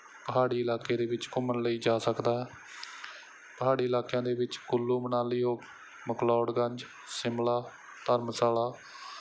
ਪਹਾੜੀ ਇਲਾਕੇ ਦੇ ਵਿੱਚ ਘੁੰਮਣ ਲਈ ਜਾ ਸਕਦਾ ਪਹਾੜੀ ਇਲਾਕਿਆਂ ਦੇ ਵਿੱਚ ਕੁੱਲੂ ਮਨਾਲੀ ਹੋ ਮਕਲੋੜਗੰਜ ਸ਼ਿਮਲਾ ਧਰਮਸ਼ਾਲਾ